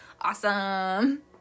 awesome